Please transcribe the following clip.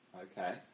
Okay